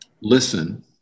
listen